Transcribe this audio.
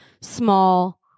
small